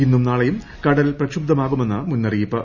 ഇന്നും നാളെയും കടൽ പ്രക്ഷുബ്ധമാകുമെന്ന് മുന്നറിയിപ്പ്